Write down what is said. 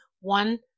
one